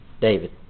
David